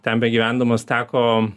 ten begyvendamas teko